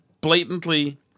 blatantly